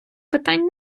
питань